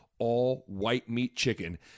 all-white-meat-chicken